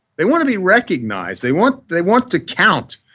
they want to be recognized. they want they want to count.